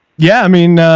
yeah, i mean, ah,